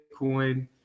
Bitcoin